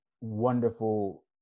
wonderful